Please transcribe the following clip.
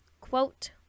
quote